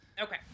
Okay